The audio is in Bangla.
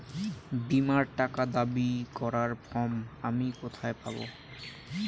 বীমার টাকা দাবি করার ফর্ম আমি কোথায় পাব?